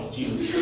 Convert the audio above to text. Jesus